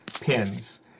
Pins